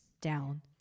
down